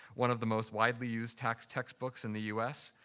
one of the most widely used tax textbooks in the us.